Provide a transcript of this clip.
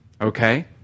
Okay